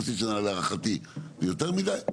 חצי שנה, להערכתי, זה יותר מדי.